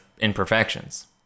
imperfections